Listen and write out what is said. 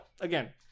again